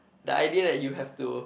the idea that you have to